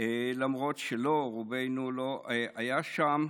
למרות שרובנו לא היה שם,